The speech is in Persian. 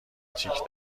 تیک